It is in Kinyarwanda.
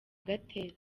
gatera